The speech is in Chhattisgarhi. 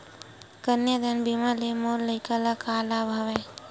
कन्यादान बीमा ले मोर लइका ल का लाभ हवय?